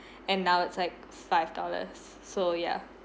and now it's like five dollars so ya